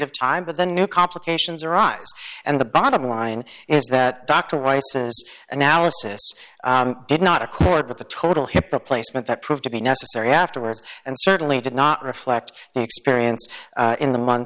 of time but the new complications arise and the bottom line is that dr rice's analysis did not accord with the total hip replacement that proved to be necessary afterwards and certainly did not reflect the experience in the month